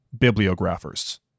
Bibliographers